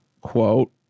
quote